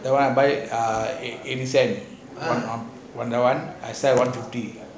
the one I buy ah eighty cent but that one I sell one fifty